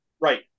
Right